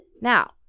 Now